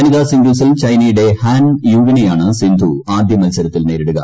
വനിതാ സിംഗിൾസിൽ ചൈനയുടെ ഹാൻ യുവിനെയാണ് സിന്ധു ആദ്യമത്സരത്തിൽ നേരിടുക